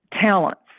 talents